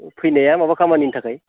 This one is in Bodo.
फैनाया माबा खामानिनि थाखाय